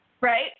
Right